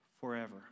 forever